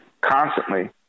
constantly